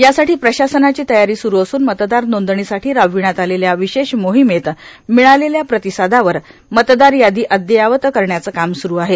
यासाठो प्रशासनाची तयारो सुरू असून मतदार नोंदणीसाठों रार्बावण्यात आलेल्या विशेष मोोहमेत र्मिळालेल्या र्रातसादावर मतदार यादो अद्ययावत करण्याचं काम सुरू आहे